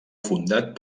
fundat